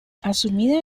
asumida